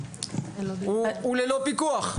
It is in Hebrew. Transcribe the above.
הוא ללא פיקוח,